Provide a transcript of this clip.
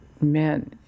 men